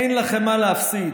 אין לכם מה להפסיד.